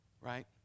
Right